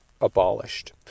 abolished